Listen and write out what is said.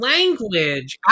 Language